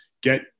get